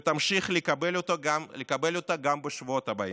ותמשיך לקבל אותה גם בשבועות הבאים.